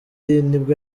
nibwo